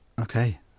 Okay